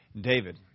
David